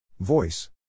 Voice